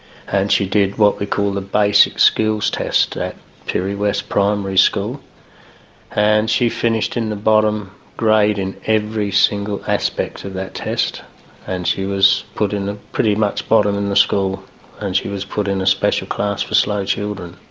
and she did what we call the basic skills test at pirie west primary school and she finished in the bottom grade in every single aspect of that test and she was put in ah pretty much bottom in the school and she was put in a special class for slow children.